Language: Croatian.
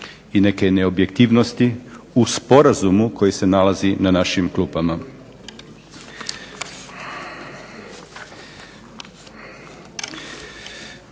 i neke neobjektivnosti u Sporazumu koji se nalazi na našim klupama.